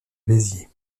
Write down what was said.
béziers